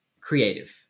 creative